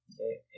Okay